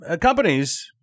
companies